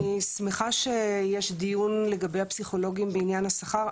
אני שמחה שיש דיון לגבי הפסיכולוגים בעניין השכר,